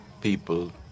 people